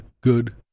good